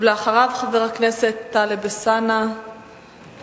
מבקשים להקל על עצמם על-ידי הליכה לבנייה בלתי חוקית,